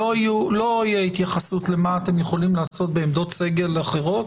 לא תהיה התייחסות למה אתם יכולים לעשות בעמדות סגל אחרות,